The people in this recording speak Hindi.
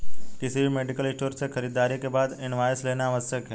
किसी भी मेडिकल स्टोर पर से खरीदारी के बाद इनवॉइस लेना आवश्यक है